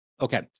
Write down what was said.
okay